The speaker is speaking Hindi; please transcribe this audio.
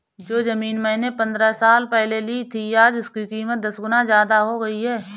जो जमीन मैंने पंद्रह साल पहले ली थी, आज उसकी कीमत दस गुना जादा हो गई है